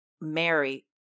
Mary